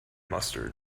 mustard